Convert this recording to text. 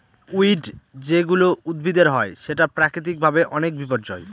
weed যেগুলা উদ্ভিদের হয় সেটা প্রাকৃতিক ভাবে অনেক বিপর্যই